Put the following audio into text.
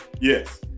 Yes